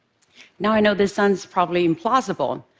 now, i know this sounds probably implausible,